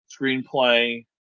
screenplay